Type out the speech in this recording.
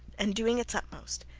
and, doing its utmost,